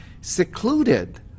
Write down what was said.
secluded